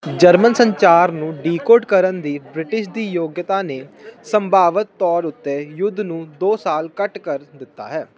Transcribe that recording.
German ਸੰਚਾਰ ਨੂੰ decode ਕਰਨ ਦੀ ਬ੍ਰਿਟਿਸ਼ ਦੀ ਯੋਗਤਾ ਨੇ ਸੰਭਾਵਿਤ ਤੌਰ ਉੱਤੇ ਯੁੱਧ ਨੂੰ ਦੋ ਸਾਲ ਘੱਟ ਕਰ ਦਿੱਤਾ ਹੈ